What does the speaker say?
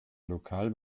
lokal